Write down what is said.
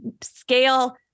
scale